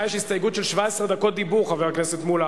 את הצעת החוק ותעבירה לוועדת החוקה,